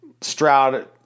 Stroud